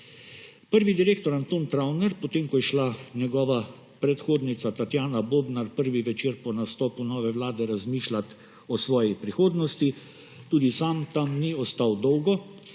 Prvi direktor Anton Travner, potem ko je šla njegova predhodnica Tatjana Bobnar prvi večer po nastopu nove vlade razmišljati o svoji prihodnosti, tudi sam tam ni ostal dolgo,